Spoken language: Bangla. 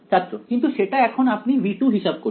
ছাত্র কিন্তু সেটা এখন আপনি V2 হিসেব করছেন